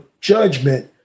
judgment